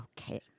Okay